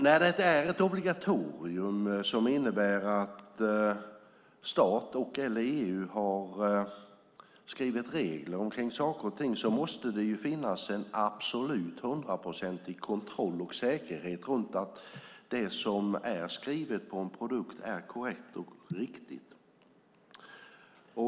När det är ett obligatorium som innebär att staten eller EU har skrivit regler om saker och ting måste det ju finnas en absolut hundraprocentig kontroll av och säkerhet runt att det som är skrivet på produkten är korrekt och riktigt.